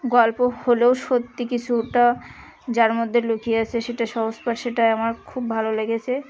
গল্প হলেও সত্যি কিছুটা যার মধ্যে লুকিয়ে আছে সেটা সহজ পাঠ সেটা আমার খুব ভালো লেগেছে